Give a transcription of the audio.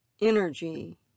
energy